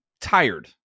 tired